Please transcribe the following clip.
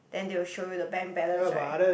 then they will show you the bank balance right